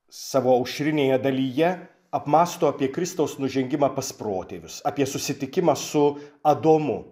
savo aušrinėje dalyje apmąsto apie kristaus nužengimą pas protėvius apie susitikimą su adomu